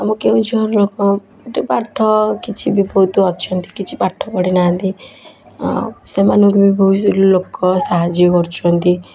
ଆମ କେଉଁଝର ଲୋକ ଏତେ ପାଠ କିଛି ବି ବହୁତ ଅଛନ୍ତି କିଛି ପଢ଼ିନାହାନ୍ତି ଅଁ ସେମାନଙ୍କୁ ବି ଲୋକ ସାହାଯ୍ୟ କରୁଛନ୍ତି